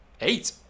eight